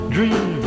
Dream